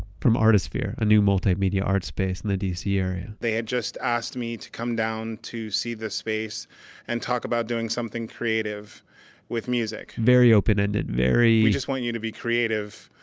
from artisphere, a new multi-media art space in the d c. area they had just asked me to come down to see the space and talk about doing something creative with music very open-ended. very, we just want you to be creative